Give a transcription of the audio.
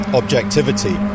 objectivity